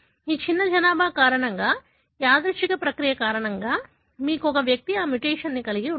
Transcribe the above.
ఈ చిన్న జనాభా కారణంగా యాదృచ్ఛిక ప్రక్రియ కారణంగా మీకు ఒక వ్యక్తి ఈ మ్యుటేషన్ కలిగి ఉన్నాడు